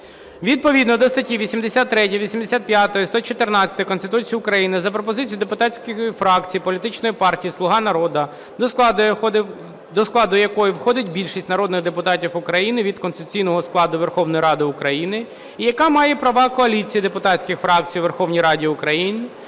Відповідно до статті 83, 85, 114 Конституції України за пропозицією депутатської фракції політичної партії "Слуга народу", до складу якої входить більшість народних депутатів України від конституційного складу Верховної Ради України і яка має права коаліції депутатських фракцій у Верховній Раді України,